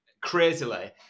crazily